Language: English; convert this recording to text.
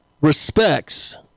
respects